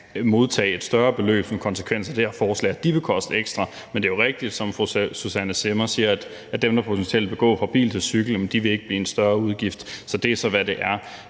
modtage et større beløb som konsekvens af det her forslag, og de vil koste ekstra. Men det er jo rigtigt, som fru Susanne Zimmer siger, at dem, der potentielt vil gå fra bil til cykel, ikke vil blive en større udgift – det er så, hvad det er.